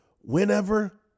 whenever